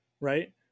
right